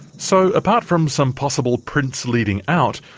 so apart from some possible prints leading out,